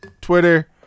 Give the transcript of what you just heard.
Twitter